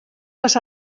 les